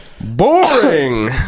Boring